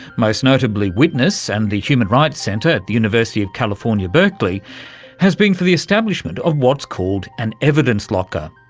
most notably witness and the human rights center at the university of california berkeley has been for the establishment of what's called an evidence locker,